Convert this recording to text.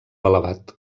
elevat